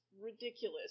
ridiculous